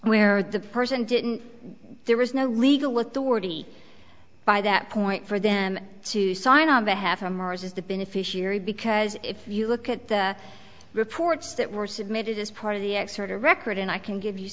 where the person didn't there was no legal authority by that point for them to sign on behalf on mars is the beneficiary because if you look at the reports that were submitted as part of the export a record and i can give you